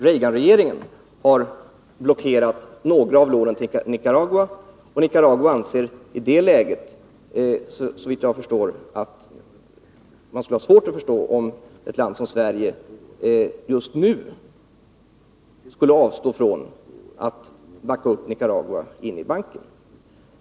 Reaganregeringen har blockerat några av lånen till Nicaragua, och Nicaragua skulle i det läget ha svårt att förstå om ett land som Sverige just nu avstod från att backa upp Nicaragua inne i banken.